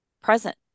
present